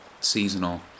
seasonal